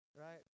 right